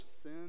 sin